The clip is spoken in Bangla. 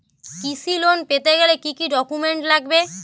কৃষি লোন পেতে গেলে কি কি ডকুমেন্ট লাগবে?